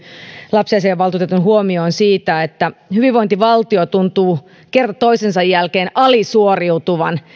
lapsiasiainvaltuutetun huomioon siitä että hyvinvointivaltio tuntuu kerta toisensa jälkeen alisuoriutuvan